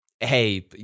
Hey